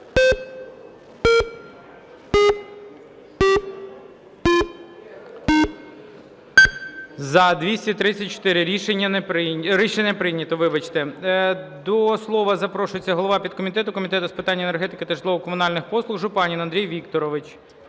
не... Рішення прийнято. Вибачте. До слова запрошується голова підкомітету Комітету з питань енергетики та житлово-комунальних послуг Жупанин Андрій Вікторович.